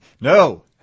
No